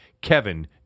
Kevin